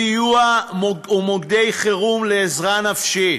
סיוע ומוקדי חירום לעזרה נפשית,